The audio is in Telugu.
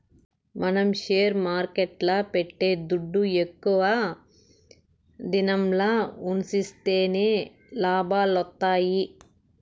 మనం షేర్ మార్కెట్ల పెట్టే దుడ్డు ఎక్కువ దినంల ఉన్సిస్తేనే లాభాలొత్తాయి